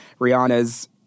Rihanna's